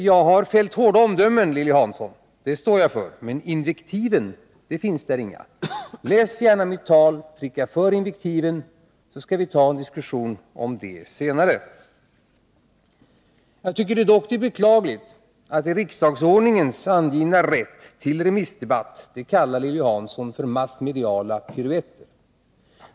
Jag har fällt hårda omdömen, Lilly Hansson, och det står jag för, men invektiv finns där inga. Läs gärna mitt tal, och pricka för invektiven, så skall vi ta en diskussion om det senare. Jag tycker dock att det är beklagligt att begagnandet av den i riksdagsordningen angivna rätten till remissdebatt av Lilly Hansson kallas för massmediala piruetter.